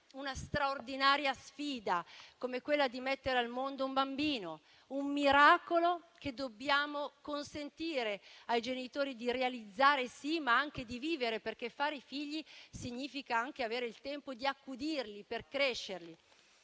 sfida straordinaria come è quella di mettere al mondo un bambino, un miracolo che dobbiamo consentire ai genitori di realizzare, sì, ma anche di vivere, perché fare figli significa anche avere il tempo di accudirli per crescerli.